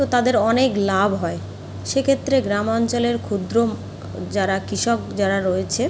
তো তাদের অনেক লাভ হয় সেক্ষেত্রে গ্রামাঞ্চলের ক্ষুদ্র যারা কৃষক যারা রয়েছে